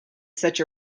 such